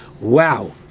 Wow